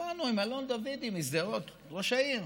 דיברנו עם אלון דוידי משדרות, ראש העיר.